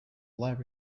live